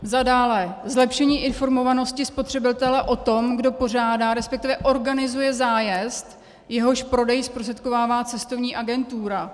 Za dále, zlepšení informovanosti spotřebitele o tom, kdo pořádá, resp. organizuje zájezd, jehož prodej zprostředkovává cestovní agentura.